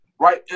right